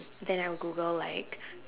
then I would Google like